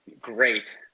Great